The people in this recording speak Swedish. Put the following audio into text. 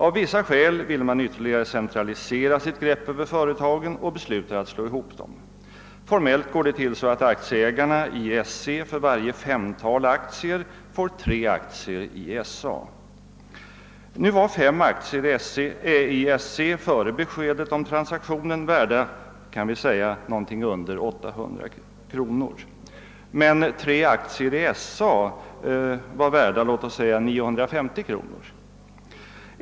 Av vissa skäl vill man ytterligare centralisera sitt grepp över företagen och beslutar att slå ihop dem. Formellt går det till så, att aktieägarna i SC för varje femtal aktier erhåller tre aktier i SA. Fem aktier i SC var före beskedet om transaktionen värda något under 800 kronor, medan tre aktier i SA var värda nära 950 kronor.